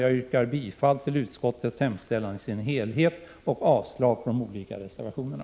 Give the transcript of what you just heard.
Jag yrkar bifall till utskottets hemställan i dess helhet och avslag på de olika reservationerna.